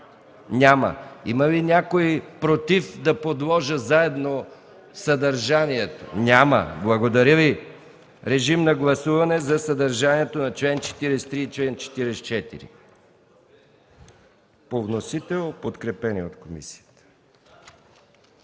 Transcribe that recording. Няма. Има ли някой против да подложа на гласуване съдържанието заедно? Няма. Благодаря Ви. Режим на гласуване за съдържанието на чл. 43 и 44 по вносител, подкрепени от комисията.